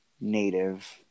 native